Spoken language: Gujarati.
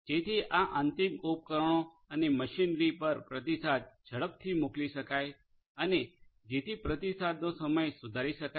જેથી આ અંતિમ ઉપકરણો અને મશીનરી પર પ્રતિસાદ ઝડપથી મોકલી શકાય અને જેથી પ્રતિસાદનો સમય સુધારી શકાય